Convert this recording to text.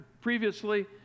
previously